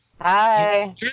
Hi